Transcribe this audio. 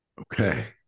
Okay